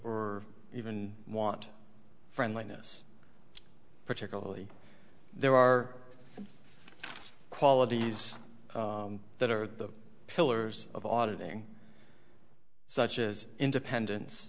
or even want friendliness particularly there are qualities that are the pillars of auditing such as independence